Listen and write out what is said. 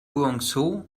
guangzhou